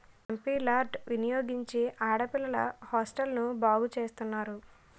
MP lads వినియోగించి ఆడపిల్లల హాస్టల్ను బాగు చేస్తున్నారు